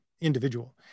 individual